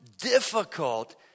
difficult